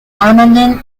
armament